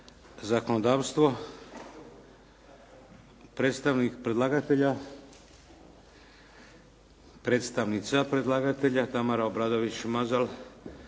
zakonodavstvo. Predstavnik predlagatelja, predstavnica predlagatelja Tamara Obradović-Mazal,